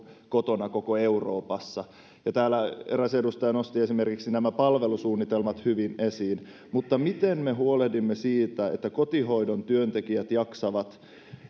kotona koko euroopassa täällä eräs edustaja nosti esimerkiksi nämä palvelusuunnitelmat hyvin esiin mutta miten me huolehdimme siitä että kotihoidon työntekijät jaksavat